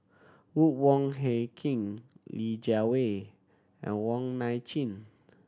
Ruth Wong Hie King Li Jiawei and Wong Nai Chin